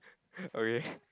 okay